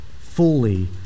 fully